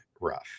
rough